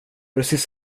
precis